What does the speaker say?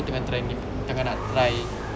aku tengah try tengah nak try